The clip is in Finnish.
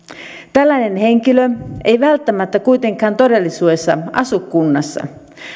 tällainen henkilö ei välttämättä kuitenkaan todellisuudessa asu kunnassa